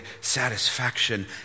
satisfaction